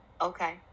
Okay